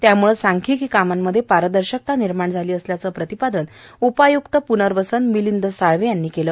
त्याम्ळं सांख्यिकी कामामध्ये पारदर्शकता निर्माण झाली आहे असं प्रतिपादन उपाय्क्त प्नर्वसन मिलिंद साळवे यांनी केलं